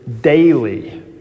daily